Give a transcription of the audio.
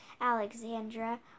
Alexandra